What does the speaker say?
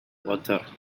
water